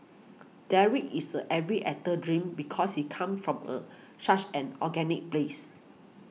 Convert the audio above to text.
Derek is every actor's dream because he comes from a such an organic place